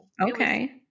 okay